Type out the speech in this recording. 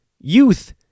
Youth